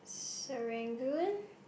Serangoon